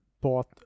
bought